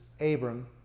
Abram